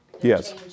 Yes